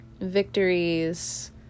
victories